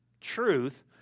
truth